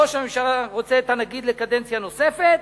ראש הממשלה רוצה את הנגיד לקדנציה נוספת,